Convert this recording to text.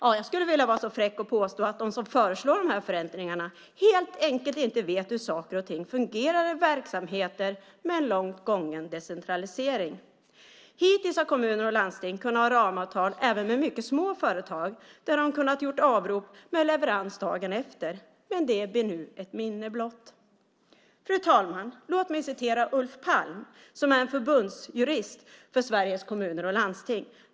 Ja, jag skulle vilja vara så fräck så att jag påstår att de som föreslår de här förändringarna helt enkelt inte vet hur saker och ting fungerar i verksamheter med en långt gången decentralisering. Hittills har kommuner och landsting kunnat ha ramavtal med även mycket små företag och har då kunnat göra avrop med leverans dagen efter, men det blir nu ett minne blott. Fru talman! Låt mig citera Ulf Palm, som är förbundsjurist för Sveriges Kommuner och Landsting.